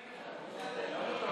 בסדר.